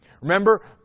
Remember